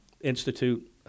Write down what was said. Institute